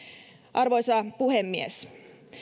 arvoisa puhemies